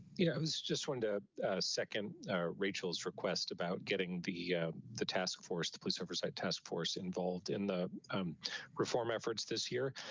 you know, it was just one to second rachel's request about getting the yeah the task force, the police oversight task force involved in the reform efforts. this year,